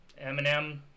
Eminem